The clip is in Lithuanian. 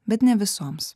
bet ne visoms